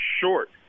short